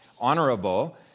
honorable